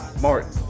Martin